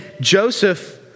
Joseph